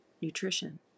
nutrition